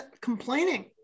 complaining